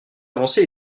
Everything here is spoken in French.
avancée